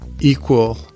equal